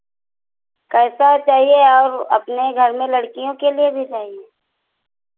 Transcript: कैसा चाहिए और अपने घर में लड़कियों के लिए भी चाहिए